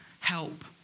help